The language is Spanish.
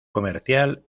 comercial